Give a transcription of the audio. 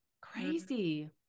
Crazy